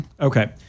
Okay